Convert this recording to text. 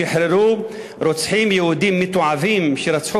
שחררו רוצחים יהודים מתועבים שרצחו